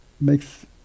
makes